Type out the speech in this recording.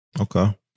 Okay